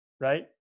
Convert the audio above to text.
right